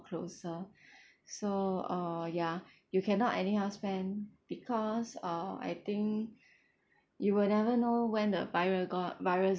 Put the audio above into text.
closer so uh ya you cannot anyhow spend because uh I think you will never know when the viru~ got virus